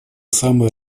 самые